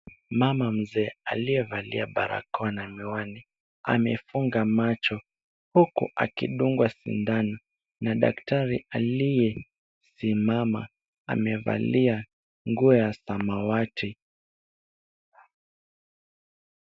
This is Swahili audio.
Mama mzee aliyevalia barakoa na miwani amefunga macho huku akidungwa sindano na daktari aliyesimama amevalia nguo ya samawati.